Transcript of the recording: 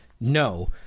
no